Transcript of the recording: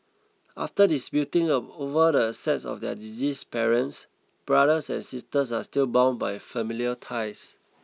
after disputing of over the assets of their deceased parents brothers and sisters are still bound by familial ties